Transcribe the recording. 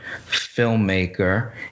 filmmaker